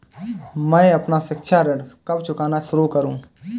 मैं अपना शिक्षा ऋण कब चुकाना शुरू करूँ?